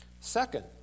Second